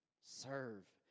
serve